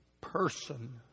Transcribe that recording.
Person